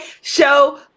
show